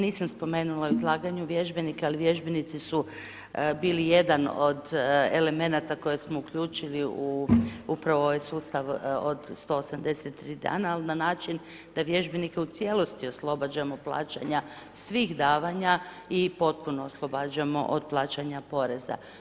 Nisam spomenula u izlaganju vježbenike, ali vježbenici su bili jedan od elemenata koji smo uključili u upravo ovaj sustav od 183 dana, ali na način da vježbenike u cjelosti oslobađamo plaćanja svih davanja i potpuno oslobađamo od plaćanja poreza.